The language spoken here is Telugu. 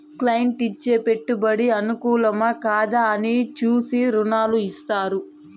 క్లైంట్ ఇచ్చే పెట్టుబడి అనుకూలమా, కాదా అని చూసి రుణాలు ఇత్తారు